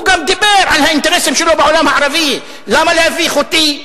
הוא גם דיבר על האינטרסים שלו בעולם הערבי: למה להביך אותי?